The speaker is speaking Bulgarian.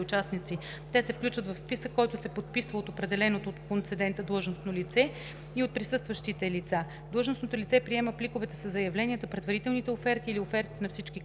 те се включват в списък, който се подписва от определеното от концедента длъжностно лице и от присъстващите лица. Длъжностното лице приема пликовете със заявленията, предварителните оферти или офертите на всички кандидати